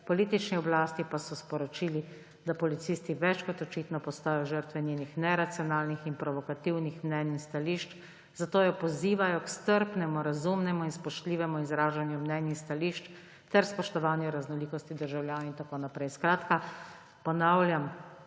Politični oblasti pa so sporočili, da policisti več kot očitno postajajo žrtve njenih neracionalnih in provokativnih mnenj in stališč, zato jo pozivajo k strpnemu, razumnemu in spoštljivemu izražanju mnenj in stališč ter spoštovanju raznolikosti državljanov in tako naprej. Skratka ponavljam,